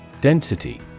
Density